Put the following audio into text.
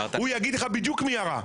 הוא יגיד לך בדיוק מי ירה,